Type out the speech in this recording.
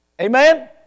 Amen